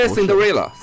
Cinderella